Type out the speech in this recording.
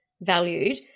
valued